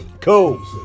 Cool